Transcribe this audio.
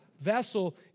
vessel